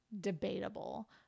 debatable